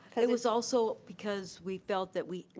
it was also because we felt that we,